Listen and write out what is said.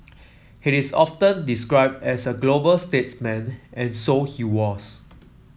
he is often described as a global statesman and so he was